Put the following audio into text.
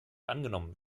angenommen